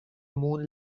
moon